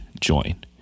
join